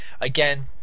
again